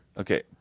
okay